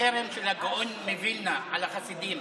החרם של הגאון מווילנה על החסידים